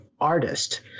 Artist